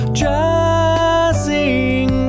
jazzing